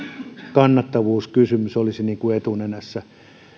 kannattavuuskysymys olisi etunenässä